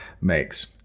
makes